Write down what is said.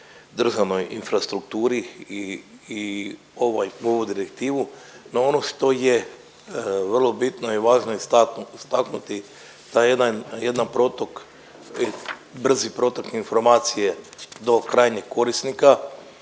državnoj infrastrukturi i ovu direktivu, no ono što je vrlo bitno i važno istaknuti taj jedan protok, brzi protok informacije do krajnjeg korisnika